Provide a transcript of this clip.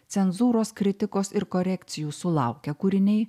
cenzūros kritikos ir korekcijų sulaukę kūriniai